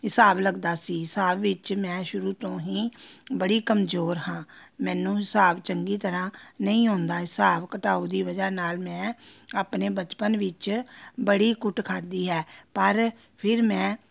ਹਿਸਾਬ ਲੱਗਦਾ ਸੀ ਹਿਸਾਬ ਵਿੱਚ ਮੈਂ ਸ਼ੁਰੂ ਤੋਂ ਹੀ ਬੜੀ ਕਮਜ਼ੋਰ ਹਾਂ ਮੈਨੂੰ ਹਿਸਾਬ ਚੰਗੀ ਤਰ੍ਹਾਂ ਨਹੀਂ ਆਉਂਦਾ ਹਿਸਾਬ ਘਟਾਓ ਦੀ ਵਜ੍ਹਾ ਨਾਲ ਮੈਂ ਆਪਣੇ ਬਚਪਨ ਵਿੱਚ ਬੜੀ ਕੁੱਟ ਖਾਧੀ ਹੈ ਪਰ ਫਿਰ ਮੈਂ